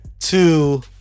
Two